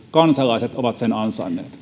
kansalaiset ovat sen ansainneet